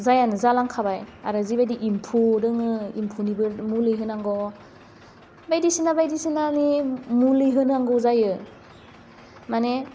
जायानो जालांखाबाय आरो जिबायदि इम्फौ दङो इम्फौनिबो मुलि होनांगौ बायदिसिना बायदिसिनानि मुलि होनांगौ जायो माने